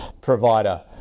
provider